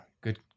good